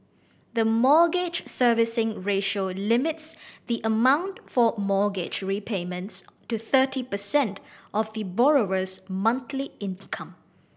the Mortgage Servicing Ratio limits the amount for mortgage repayments to thirty percent of the borrower's monthly income